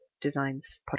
Designs